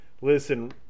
Listen